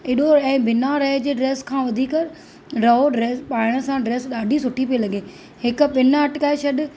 ऐॾो रए बिना रए जे ड्रेस खां वधीक रओ ड्रेस पाइण सां ड्रेस डाढी सुठी पई लॻे हिकु पिन अटकाए छॾु